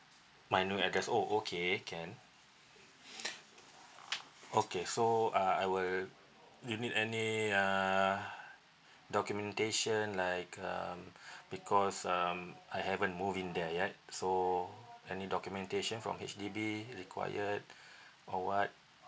my new address oh okay can okay so uh I will you need any uh documentation like um because um I haven't moved in there yet so any documentation from H_D_B required or [what]